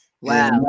Wow